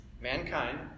Mankind